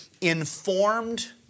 informed